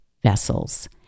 vessels